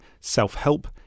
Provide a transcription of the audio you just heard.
Self-Help